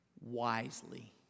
wisely